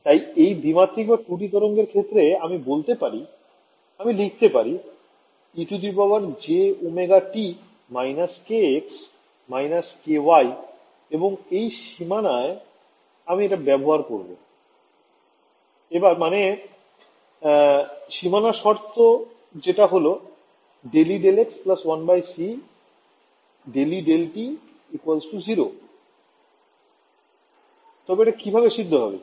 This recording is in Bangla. তাই এই দ্বিমাত্রিক তরঙ্গের ক্ষেত্রে আমি বলতে পারি আমি লিখতে পারি ejωt−kxx−kyy এবং এই সীমানায় আমি এটা ব্যবহার করবো এবার মানে সীমানার শর্ত যেটা হল ∂∂Ex 1c ∂∂Et 0 তবে এটা কিভাবে সিদ্ধ হবে